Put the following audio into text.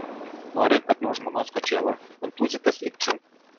nori kad nuo žmonos kočėlo kontūzytas likčiau